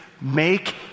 make